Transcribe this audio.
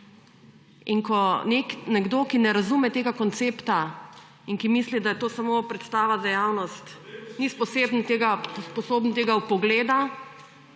In ko nekdo, ki ne razume tega koncepta in ki misli, da je to samo predstava za javnost… / oglašanje